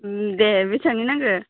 दे बेसेबांनि नांगो